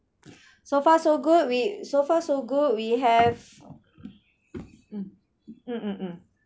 so far so good we so far so good we have mm mm mm mm